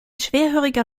schwerhöriger